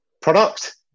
product